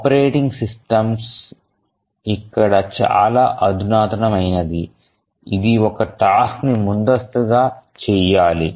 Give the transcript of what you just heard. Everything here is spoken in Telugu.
ఆపరేటింగ్ సిస్టమ్ ఇక్కడ చాలా అధునాతనమైనది ఇది ఒక టాస్క్ ని ముందస్తుగా చేయగలగాలి